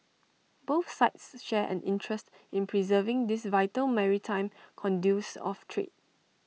both sides share an interest in preserving these vital maritime conduits of trade